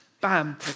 bam